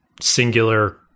singular